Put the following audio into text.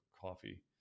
coffee